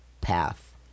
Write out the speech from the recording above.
path